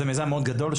זהו מיזם מאוד גדול,